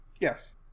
Yes